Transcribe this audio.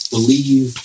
Believe